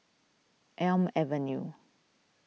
Elm Avenue